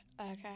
Okay